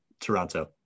Toronto